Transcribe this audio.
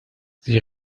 sie